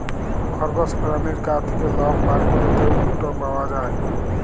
খরগস পেরানীর গা থ্যাকে লম বার ক্যরে যে উলট পাওয়া যায়